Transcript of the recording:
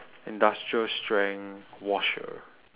industrial strength washer